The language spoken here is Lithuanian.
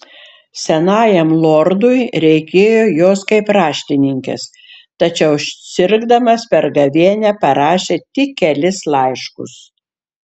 senajam lordui reikėjo jos kaip raštininkės tačiau sirgdamas per gavėnią parašė tik kelis laiškus